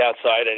outside